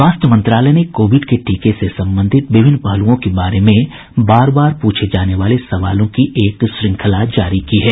स्वास्थ्य मंत्रालय ने कोविड के टीके से संबंधित विभिन्न पहलूओं के बारे में बार बार पूछे जाने वाले सवालों की एक श्रंखला जारी की है